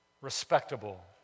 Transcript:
respectable